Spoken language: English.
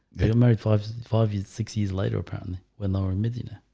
they were married five to five years six years later. apparently when our medina